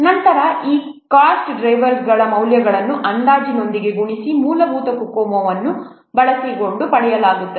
ನಂತರ ಈ ಕಾಸ್ಟ್ ಡ್ರೈವರ್ಗಳ ಮೌಲ್ಯಗಳನ್ನು ಅಂದಾಜಿನೊಂದಿಗೆ ಗುಣಿಸಿ ಮೂಲಭೂತ COCOMO ಅನ್ನು ಬಳಸಿಕೊಂಡು ಪಡೆಯಲಾಗುತ್ತದೆ